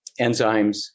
enzymes